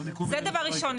זה דבר ראשון.